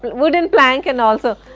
but wooden plank and also,